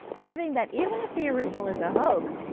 proving that even if the original is a hoax,